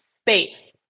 space